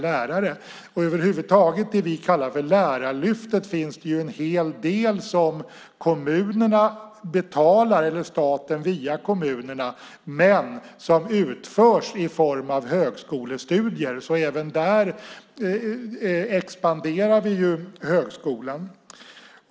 I det vi kallar Lärarlyftet finns över huvud taget en hel del som staten betalar via kommunerna men som utförs i form av högskolestudier. Även där expanderar vi alltså högskolan.